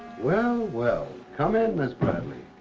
well, well, come in, miss bradley.